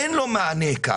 אין לו מענה כאן,